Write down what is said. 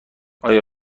آیا